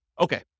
Okay